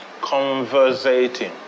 conversating